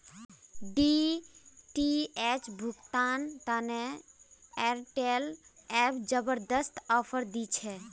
DTH भुगतान तने Airtel app जबरदस्त ऑफर दी छे